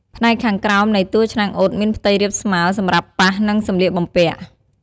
ផ្នែកខាងក្រោមនៃតួឆ្នាំងអ៊ុតមានផ្ទៃរាបស្មើសម្រាប់ប៉ះ នឹងសម្លៀកបំពាក់។